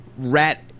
rat